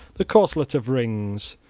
the corselet of rings.